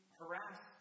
harass